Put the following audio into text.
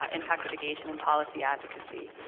ah impact litigation, and policy advocacy.